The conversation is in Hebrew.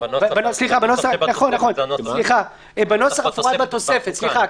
--- בנוסח --- בנוסח המפורט בתוספת סליחה,